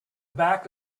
back